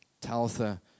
Talitha